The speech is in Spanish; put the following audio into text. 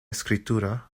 escritura